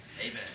Amen